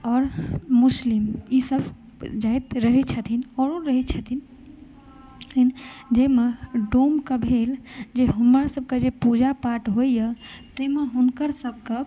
आओर मुस्लिम ईसभ रहैत छथिन आओरो रहैत छथिन जाहिमे डोमके भेल जे हमरासभकेँ जे पूजा पाठ होइए ताहिमे हुनकरसभके